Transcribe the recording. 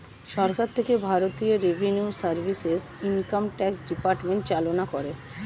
সরকার থেকে ভারতীয় revenue service, income tax department চালনা করে